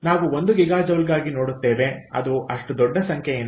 ನಾವು 1ಗಿಗಾಜೌಲ್ಗಾಗಿ ನೋಡುತ್ತೇವೆ ಅದು ಅಷ್ಟು ದೊಡ್ಡ ಸಂಖ್ಯೆ ಏನಲ್ಲ